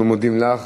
אנחנו מודים לך.